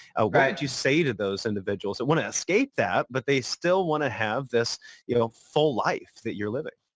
ah what do you say to those individuals that want to escape that, but they still want to have this you know full life that you're living?